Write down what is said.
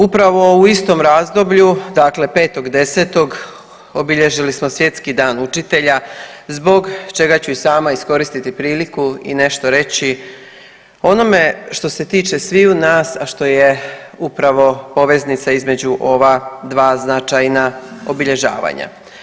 Upravo u istom razdoblju dakle 5.10. obilježili smo Svjetski dan učitelja zbog čega ću i sama iskoristiti priliku i nešto reći o onome što se tiče sviju nas, a što je upravo poveznica između ova dva značajna obilježavanja.